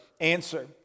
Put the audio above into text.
answer